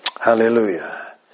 Hallelujah